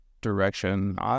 direction